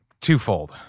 twofold